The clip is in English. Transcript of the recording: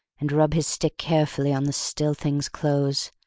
and rub his stick carefully on the still thing's clothes,